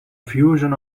fusion